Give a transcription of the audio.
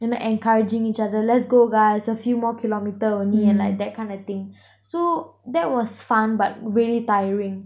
you know encouraging each other let's go guys a few more kilometre only and like that kind of thing so that was fun but really tiring